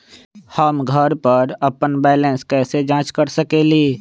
हम घर पर अपन बैलेंस कैसे जाँच कर सकेली?